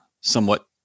somewhat